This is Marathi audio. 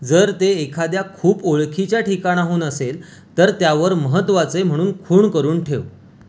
जर ते एखाद्या खूप ओळखीच्या ठिकाणाहून असेल तर त्यावर महत्त्वाचे म्हणून खूण करून ठेव